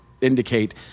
indicate